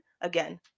again